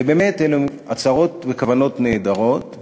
ובאמת אלו הן הצהרות וכוונות נהדרות.